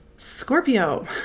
Scorpio